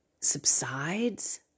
subsides